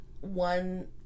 one